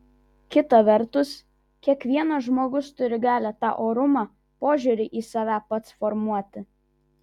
kita vertus kiekvienas žmogus turi galią tą orumą požiūrį į save pats formuoti